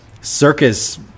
circus